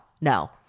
no